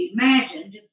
imagined